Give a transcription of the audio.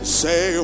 say